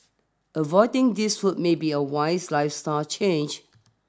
avoiding these foods may be a wise lifestyle change